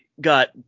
got